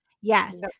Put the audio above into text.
yes